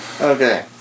Okay